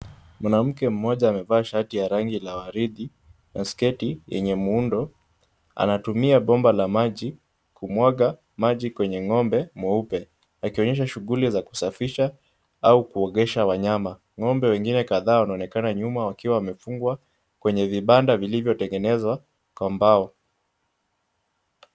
Mwanamke mmoja amevaa shati ya rangi la waridi na sketi yenye muundo. Anatumia bomba la maji kumwaga maji kwenye ng'ombe mweupe. Akionyesha shughuli za kusafisha au kuogesha wanyama . Ng'ombe wengine kadhaa wanaonekana nyuma wakiwa wamefungwa kwenye vibanda vilivyotengenezwa kwa mbao.